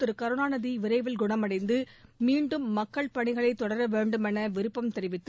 திரு கருணாநிதி விரைவில் குணமடைந்து மீண்டும் மக்கள் பணிகளைத் தொடர வேண்டும் என விருப்பம் தெரிவித்து